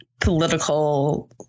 political